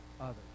others